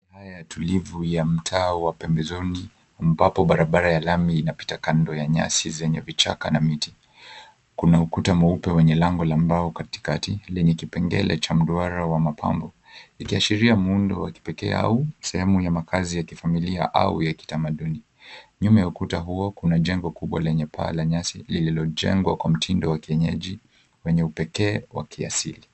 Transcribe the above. Mandhari haya tulivu ya mtaa wa pembezoni ambapo barabara ya lami inapita kando ya nyasi yenye vichaka na miti, kuna ukuta mweupe wenye lango wa mbao katikakati hili ni kipengele cha mduara wa mapambo ikiashiria muundo wa kipekee au sehemu ya makazi ya kifamilia au ya kitamaduni nyuma ya ukuta huo, kuna jengo kubwa lenye paa la nyasi lililojengwa kwa mtindo wa kienyeji wenye upekee wa kiasilia.